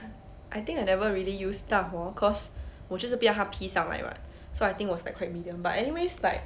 I think I never really use 大火 cause 我就是不要它披上来 [what] so I think was like quite medium but anyways like